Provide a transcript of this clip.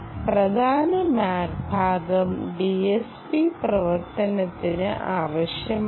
പ്രധാന MAC ഭാഗം DSP പ്രവർത്തനത്തിന് ആവശ്യമാണ്